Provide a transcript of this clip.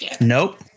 Nope